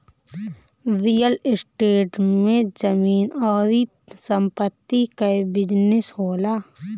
real state में जमीन अउरी संपत्ति कअ बिजनेस होला